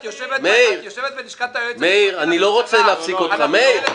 את יושבת בלשכת היועץ --- אנחנו חלק מהממשלה,